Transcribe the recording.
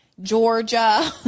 Georgia